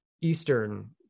eastern